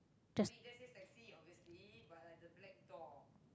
just